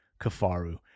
Kafaru